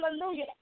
hallelujah